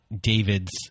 David's